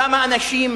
כמה אנשים?